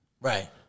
Right